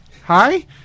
Hi